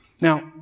Now